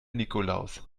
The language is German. nikolaus